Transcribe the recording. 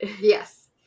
yes